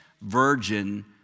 virgin